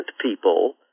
people